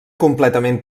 completament